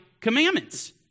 commandments